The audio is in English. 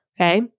Okay